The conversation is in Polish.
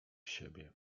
siebie